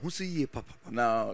Now